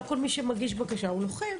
לא כל מי שמגיש בקשה הוא לוחם,